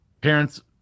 parents